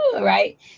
right